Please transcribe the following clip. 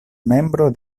membro